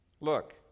Look